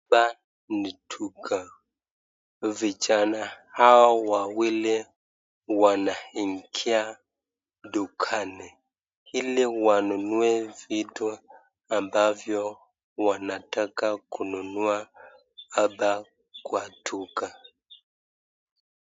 Hapa ni duka, vijana hawa wawili wanaingia dukani ili wanunue vitu ambavyo wanataka kununua hapa kwa duka.